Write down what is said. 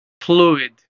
fluid